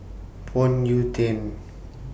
Phoon Yew Tien